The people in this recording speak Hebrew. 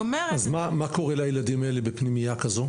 אז מה קורה לילדים האלה, בפנימייה כזאת?